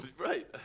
Right